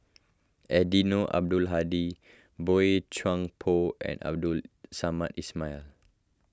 Eddino Abdul Hadi Boey Chuan Poh and Abdul Samad Ismail